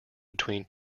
between